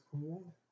cool